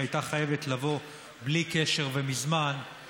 שהייתה חייבת לבוא בלי קשר ומזמן,